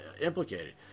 implicated